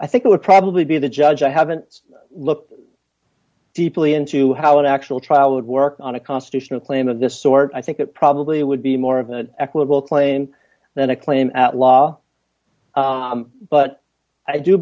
i think it would probably be the judge i haven't looked deeply into how an actual trial would work on a constitutional claim of this sort i think it probably would be more of an equitable claim than a claim at law but i do